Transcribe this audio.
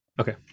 Okay